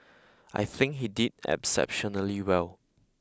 I think he did exceptionally well